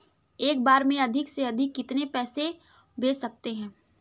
एक बार में अधिक से अधिक कितने पैसे भेज सकते हैं?